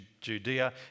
Judea